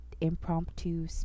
impromptu